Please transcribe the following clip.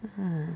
!huh!